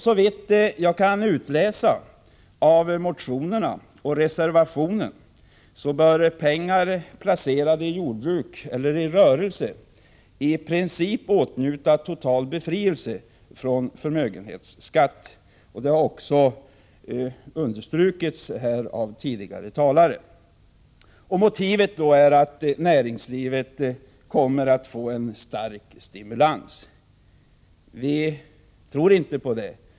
Såvitt jag kan utläsa av motionerna och reservationen, anser de som står bakom dessa att pengar placerade i jordbruk eller rörelse i princip bör åtnjuta total befrielse från förmögenhetsskatt. Det har också understrukits av tidigare talare här. Motivet är att då kommer näringslivet att få en stark stimulans.